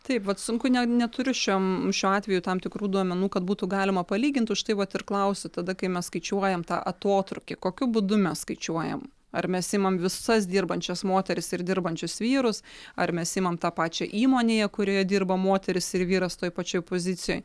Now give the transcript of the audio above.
taip vat sunku ne neturiu šiam šiuo atveju tam tikrų duomenų kad būtų galima palygint už tai vat ir klausiu tada kai mes skaičiuojam tą atotrūkį kokiu būdu mes skaičiuojam ar mes imam visas dirbančias moteris ir dirbančius vyrus ar mes imam tą pačią įmonėje kurioje dirba moteris ir vyras toj pačioj pozicijoj